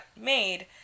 made